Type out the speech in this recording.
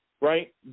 right